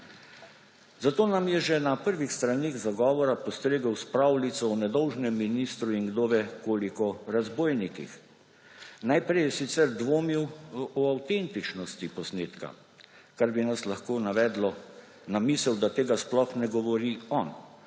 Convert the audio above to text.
zato nam je že na prvih straneh zagovora postregel s pravljico o nedolžnem ministru in kdo ve koliko razbojnikih. Najprej je sicer dvomil o avtentičnosti posnetka, kar bi nas lahko navedlo na misel, da tega sploh ne govori on;